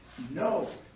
No